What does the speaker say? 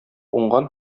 уңган